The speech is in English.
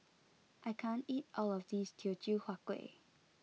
I can't eat all of this Teochew Huat Kuih